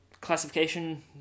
classification